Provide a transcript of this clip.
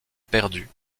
perdu